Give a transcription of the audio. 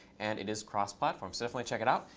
and it is cross-platform. so definitely check it out,